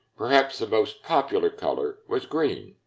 perhaps the most popular color was green.